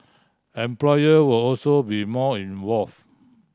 employer will also be more involve